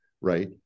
right